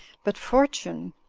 but fortune,